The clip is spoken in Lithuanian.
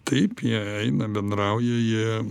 taip jie eina bendrauja jie